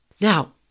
Now